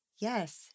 Yes